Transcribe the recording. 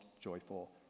joyful